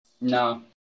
No